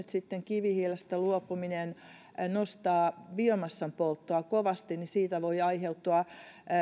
sitten kivihiilestä luopuminen nostaa biomassan polttoa kovasti niin siitä voi aiheutua